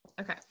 okay